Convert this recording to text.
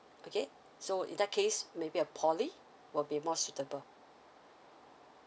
okay so in that case maybe a poly will be more suitable